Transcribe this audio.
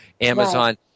Amazon